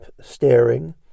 staring